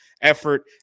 effort